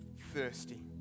thirsty